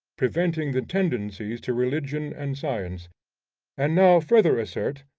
preventing the tendencies to religion and science and now further assert,